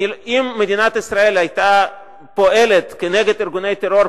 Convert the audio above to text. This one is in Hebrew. אם מדינת ישראל היתה פועלת נגד ארגוני טרור,